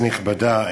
כנסת נכבדה,